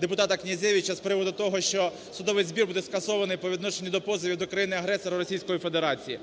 депутата Князевича з приводу того, що судовий збір буде скасований по відношенню до позовів до країни-агресора - Російської Федерації.